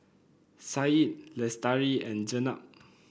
Syed Lestari and Jenab